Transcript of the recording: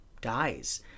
dies